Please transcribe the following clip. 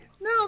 no